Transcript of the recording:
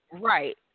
Right